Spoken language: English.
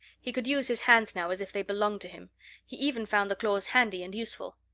he could use his hands now as if they belonged to him he even found the claws handy and useful.